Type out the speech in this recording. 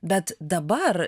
bet dabar